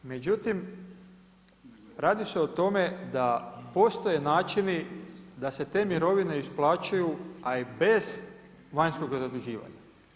Međutim radi se o tome da postoje načini da se te mirovine isplaćuju a i bez vanjskoga zaduživanja.